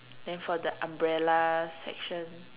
then for the umbrella section